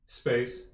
space